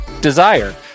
Desire